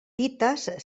tites